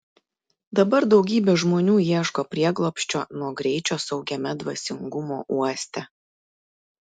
dabar daugybė žmonių ieško prieglobsčio nuo greičio saugiame dvasingumo uoste